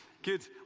Good